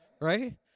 Right